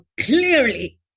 clearly